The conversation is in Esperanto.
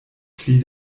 pli